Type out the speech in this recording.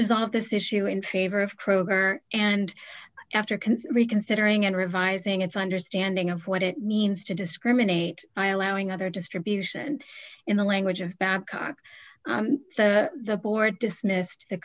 resolve this issue in favor of kroger and after consider reconsidering and revising its understanding of what it means to discriminate i allow another distribution in the language of babcock the board dismissed the